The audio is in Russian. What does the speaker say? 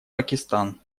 пакистан